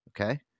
Okay